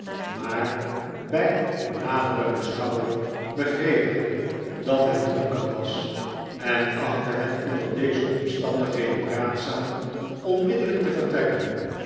maar bij nadere beschouwing begreep hij dat hij dronken was en achtte het onder deze omstandigheden raadzaam onmiddellijk te vertrekken